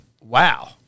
Wow